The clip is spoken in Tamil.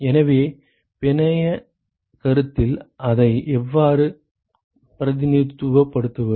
எனவே பிணையக் கருத்தில் அதை எவ்வாறு பிரதிநிதித்துவப்படுத்துவது